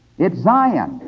it's zion.